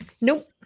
Nope